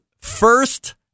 first